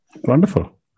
Wonderful